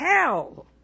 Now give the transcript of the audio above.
hell